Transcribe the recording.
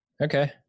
Okay